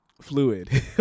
fluid